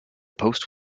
post